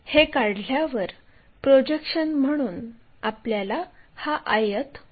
हे काढल्यावर प्रोजेक्शन म्हणून आपल्याला हा आयत मिळतो